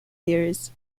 theories